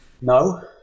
No